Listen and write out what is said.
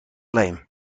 lijn